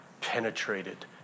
penetrated